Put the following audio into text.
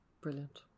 Brilliant